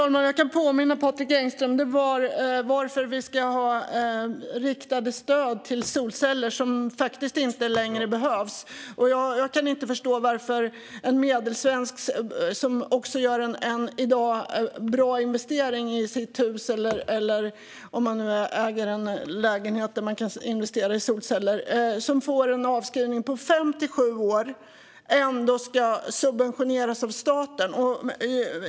Fru talman! Jag kan påminna Patrik Engström om att frågan var varför vi ska ha riktade stöd till solceller som faktiskt inte längre behövs. Jag kan inte förstå varför en bra investering i solceller i ett hus eller en lägenhet som man äger, vilket ger en avskrivning på fem till sju år, ska subventioneras av staten.